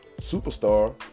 superstar